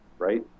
right